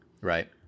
Right